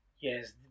Yes